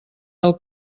del